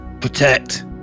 protect